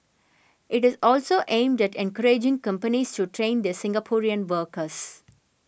it is also aimed at encouraging companies to train their Singaporean workers